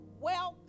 welcome